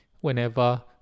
Whenever